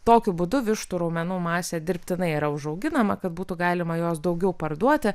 tokiu būdu vištų raumenų masė dirbtinai yra užauginama kad būtų galima jos daugiau parduoti